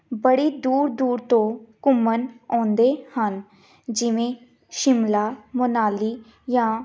ਬੜੀ ਦੂਰ ਦੂਰ ਤੋਂ ਘੁੰਮਣ ਆਉਂਦੇ ਹਨ ਜਿਵੇਂ ਸ਼ਿਮਲਾ ਮਨਾਲੀ ਜਾਂ